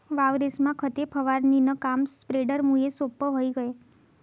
वावरेस्मा खते फवारणीनं काम स्प्रेडरमुये सोप्पं व्हयी गय